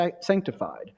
sanctified